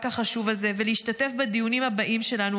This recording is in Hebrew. החשוב הזה ולהשתתף בדיונים הבאים שלנו.